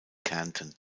kärnten